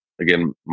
Again